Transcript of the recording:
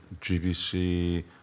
GBC